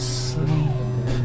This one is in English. sleep